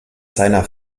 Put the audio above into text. seiner